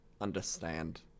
understand